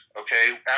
okay